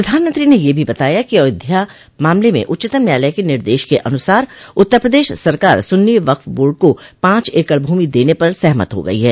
प्रधानमंत्री ने यह भी बताया कि अयोध्या मामले में उच्चतम न्यायालय के निर्देश के अनुसार उत्तर प्रदेश सरकार सुन्नी वक्फ बोर्ड को पांच एकड़ भूमि देने पर सहमत हो गई है